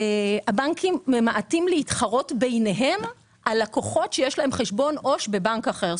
הבנקים ממעטים להתחרות ביניהם על לקוחות שיש להם חשבון עו"ש בבנק אחר.